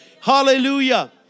Hallelujah